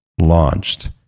launched